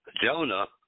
Jonah